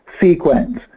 sequence